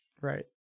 Right